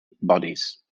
bodies